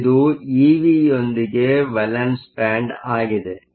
ಆದ್ದರಿಂದ ಇದು EV ಯೊಂದಿಗೆ ವೇಲೆನ್ಸ್ ಬ್ಯಾಂಡ್Valence band ಆಗಿದೆ